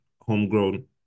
homegrown